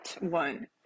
one